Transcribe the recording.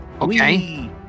Okay